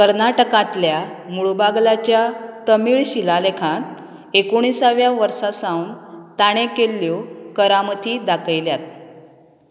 कर्नाटकांतल्या मुळबागलाच्या तमिळ शिलालेखांत एकूणीसाव्या वर्सा सावन ताणें केल्ल्यो करामती दाखयल्यात